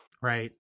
right